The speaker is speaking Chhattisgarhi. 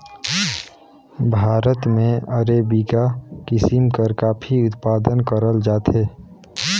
भारत में अरेबिका किसिम कर काफी उत्पादन करल जाथे